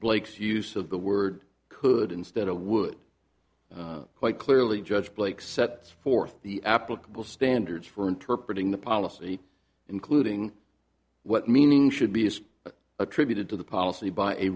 blake's use of the word could instead of would quite clearly judge blake set forth the applicable standards for interpret in the policy including what meaning should be attributed to the policy by a